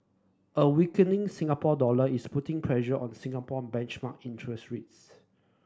a weakening Singapore dollar is putting pressure on Singapore benchmark interest rates